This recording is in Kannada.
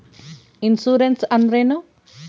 ಇನ್ಸುರೆನ್ಸ್ ಅಂದ್ರೇನು?